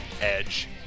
Edge